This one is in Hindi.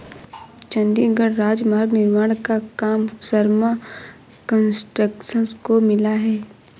चंडीगढ़ राजमार्ग निर्माण का काम शर्मा कंस्ट्रक्शंस को मिला है